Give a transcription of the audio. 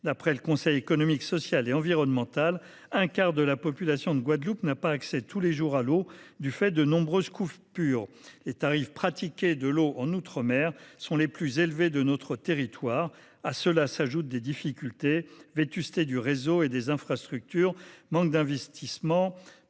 D’après le Conseil économique, social et environnemental, un quart de la population de la Guadeloupe n’a pas accès tous les jours à l’eau, du fait des nombreuses coupures. De fait, les tarifs pratiqués en outre mer sont les plus élevés de notre territoire. S’y ajoutent des difficultés supplémentaires : vétusté du réseau et des infrastructures, manque d’investissement,